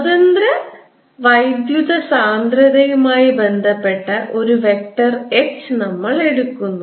സ്വതന്ത്ര വൈദ്യുത സാന്ദ്രതയുമായി ബന്ധപ്പെട്ട ഒരു വെക്റ്റർ H നമ്മൾ എടുക്കുന്നു